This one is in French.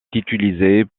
utilisées